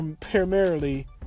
primarily